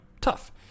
tough